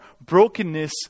brokenness